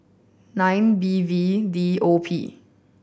nine V V V O P